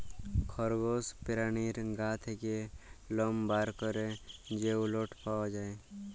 খরগস পেরানীর গা থ্যাকে লম বার ক্যরে যে উলট পাওয়া যায়